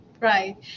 Right